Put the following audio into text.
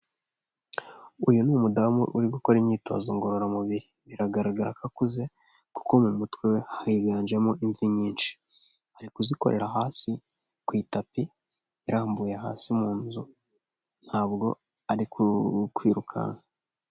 Uyu ni umudamu uri gukora imyitozo ngororamubiri biragaragara ko akuze kuko mu mutwe we higanjemo imvi nyinshi ari kuzikorera hasi ku itapi irambuye hasi mu nzu ntabwo ari kwirukanka.